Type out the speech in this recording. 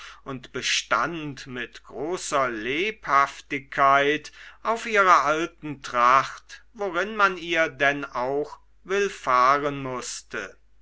und bestand mit großer lebhaftigkeit auf ihrer alten tracht worin man ihr denn auch willfahren mußte